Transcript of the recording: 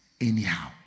anyhow